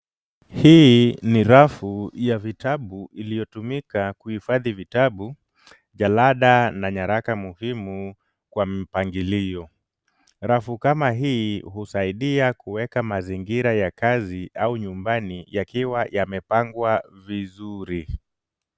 Hii ni rafu ya vitabu iliyotumika kuhifadhi vitabu, jalanda na nyaraka muhimu kwa mpangilio. Rafu kama hii husaidia kuweka mazingira ya kazi au nyumbani yakiwa yamepangwa vizuri.